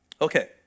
Okay